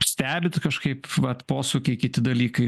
stebit kažkaip vat posūkiai kiti dalykai